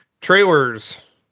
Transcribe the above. Trailers